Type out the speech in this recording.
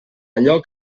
allò